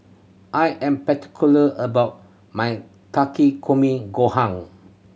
I am particular about my Takikomi Gohan